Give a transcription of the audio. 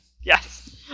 Yes